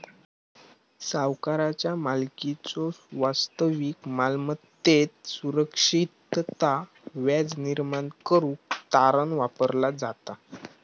सावकाराचा मालकीच्यो वास्तविक मालमत्तेत सुरक्षितता व्याज निर्माण करुक तारण वापरला जाता